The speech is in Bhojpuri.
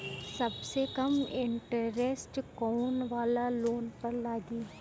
सबसे कम इन्टरेस्ट कोउन वाला लोन पर लागी?